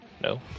No